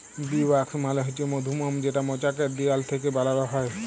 bee wax মালে হছে মধুমম যেটা মচাকের দিয়াল থ্যাইকে বালাল হ্যয়